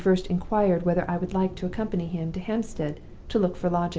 having first inquired whether i would like to accompany him to hampstead to look for lodgings.